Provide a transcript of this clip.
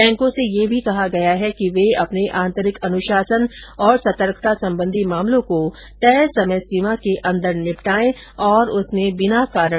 बैंकों से यह भी कहा गया है कि वे अपने आंतरिक अनुशासन और सतर्कता संबंधी मामलों को तय समय सीमा के अन्दर निपटाएं और उसमें बिना कारण देरी ने की जाय